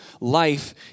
life